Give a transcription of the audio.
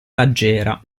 raggiera